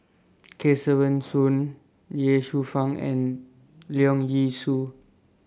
Kesavan Soon Ye Shufang and Leong Yee Soo